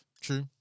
True